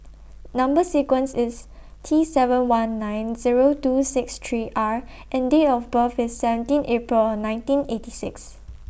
Number sequence IS T seven one nine Zero two six three R and Date of birth IS seventeen April nineteen eighty six